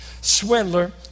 Swindler